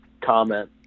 comment